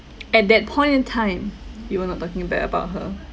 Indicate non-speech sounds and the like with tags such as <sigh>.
<noise> at that point in time you were not talking bad about her